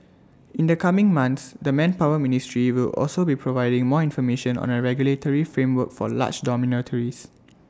in the coming months the manpower ministry will also be providing more information on A regulatory framework for large